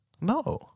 No